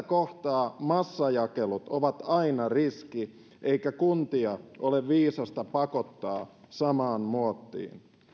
kohtaa massajakelut ovat aina riski eikä kuntia ole viisasta pakottaa samaan muottiin